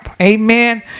amen